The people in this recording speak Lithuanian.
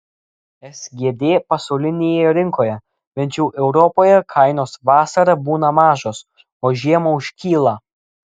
sgd pasaulinėje rinkoje bent jau europoje kainos vasarą būna mažos o žiemą užkyla